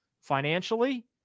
financially